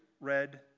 red